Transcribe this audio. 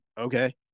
okay